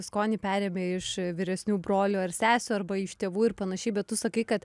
skonį perėmė iš vyresnių brolių ar sesių arba iš tėvų ir panašiai bet tu sakai kad